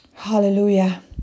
Hallelujah